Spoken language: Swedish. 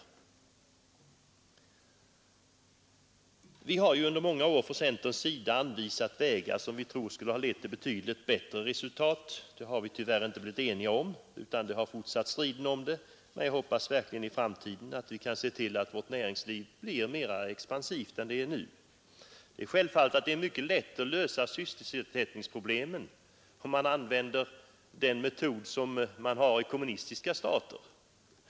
Centern har under många år anvisat vägar som vi tror skulle ha lett till betydligt bättre resultat. Det har vi tyvärr inte blivit eniga om — striden om det har fortsatt. Men jag hoppas verkligen att vi i framtiden kan se till att vårt näringsliv blir mera expansivt än det är nu. Det är självklart att det är mycket lätt att lösa sysselsättningsproblemen om man använder den metod som tillämpas i kommunistiska stater.